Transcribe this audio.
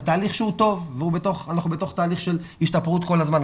זה תהליך שהוא טוב ואנחנו בתוך תהליך של השתפרות כל הזמן.